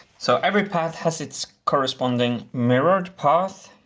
so every path has its corresponding mirrored path.